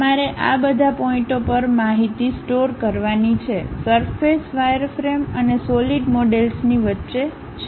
તમારે આ બધા પોઇન્ટઓ પર માહિતી સ્ટોર કરવાની છે સરફેસ વાયરફ્રેમ અને સોલિડ મોડેલ્સની વચ્ચે છે